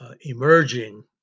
Emerging